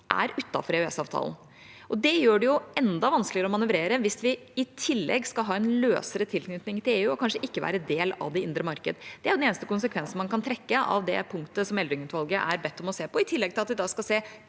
er utenfor EØS-avtalen. Det gjør det enda vanskeligere å manøvrere, hvis vi i tillegg skal ha en løsere tilknytning til EU og kanskje ikke skal være del av det indre markedet. Det er den eneste konsekvensen man kan trekke ut av det punktet som Eldring-utvalget er bedt om å se på, i tillegg til at de skal se